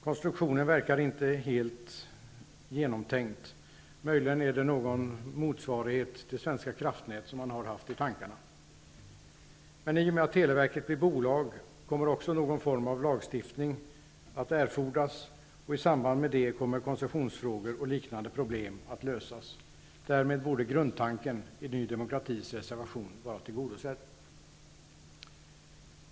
Konstruktionen verkar inte vara helt genomtänkt, möjligen är det någon motsvarighet till Svenska Kraftnät som man haft i tankarna. I och med att televerket blir bolag kommer någon form av lagstiftning att erfordras, och i samband med detta kommer koncessionsfrågor och liknande problem att lösas. Därmed borde grundtanken i Ny demokratis reservation vara tillgodosedd.